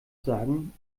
sagen